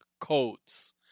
codes